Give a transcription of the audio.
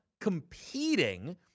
competing